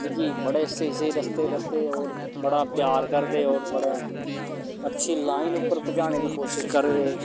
मिगी बड़े स्हेई स्हेई रस्ते दसदे होर बड़ा प्यार करदे होर बड़ा अच्छी लाइन उप्पर भजाने दी कोशिश करदे